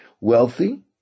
wealthy